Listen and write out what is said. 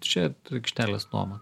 čia aikštelės nuoma